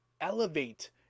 elevate